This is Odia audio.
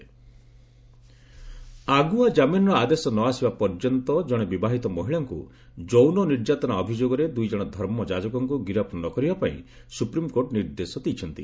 ଏସ୍ସି କେରଳ ଆଗୁଆ କ୍କାମିନ୍ର ଆଦେଶ ନ ଆସିବା ପର୍ଯ୍ୟନ୍ତ ଜଣେ ବିବାହିତ ମହିଳାଙ୍କୁ ଯୌନ ନିର୍ଯାତନା ଅଭିଯୋଗରେ ଦୁଇ ଜଣ ଧର୍ମ ଯାଜକଙ୍କୁ ଗିରଫ୍ ନକରିବା ପାଇଁ ସୁପ୍ରିମ୍କୋର୍ଟ ନିର୍ଦ୍ଦେଶ ଦେଇଛନ୍ତି